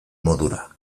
modura